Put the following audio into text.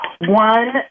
one